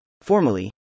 formally